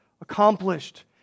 Accomplished